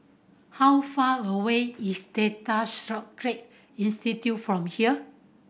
how far away is Data Storage Institute from here